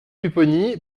pupponi